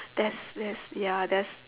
that's that's ya that's